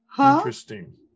Interesting